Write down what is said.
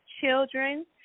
children